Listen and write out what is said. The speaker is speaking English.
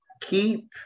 keep